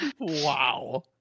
Wow